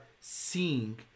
seeing